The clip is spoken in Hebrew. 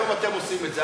היום אתם עושים את זה.